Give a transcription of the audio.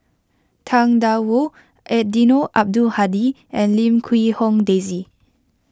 Tang Da Wu Eddino Abdul Hadi and Lim Quee Hong Daisy